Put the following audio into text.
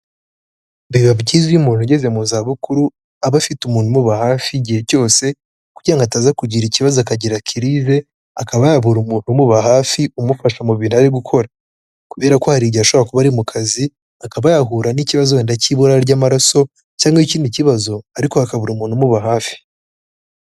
Biba byiza iyo umuntu ugeze mu zabukuru aba afite umuntu umuba hafi igihe cyose kugira ngo ataza kugira ikibazo akagira kirize, akaba yabura umuntu umuba hafi umufasha mu bintu ari gukora kubera ko hari igihe ashobora kuba ari mu kazi, akaba yahura n'ikibazo ndetse cy'ibura ry'amaraso cyangwa ikindi kibazo ariko akabura umuntu umuba hafi.